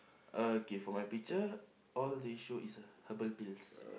okay for my picture all they show is a herbal pills